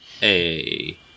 Hey